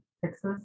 fixes